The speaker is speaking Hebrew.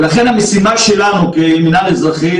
ולכן המשימה שלנו כמנהל האזרחי,